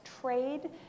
trade